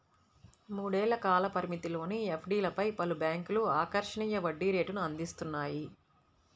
మూడేళ్ల కాల పరిమితిలోని ఎఫ్డీలపై పలు బ్యాంక్లు ఆకర్షణీయ వడ్డీ రేటును అందిస్తున్నాయి